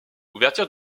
ouverture